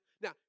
Now